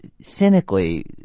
cynically